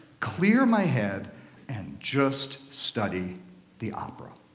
clear my head and just study the opera.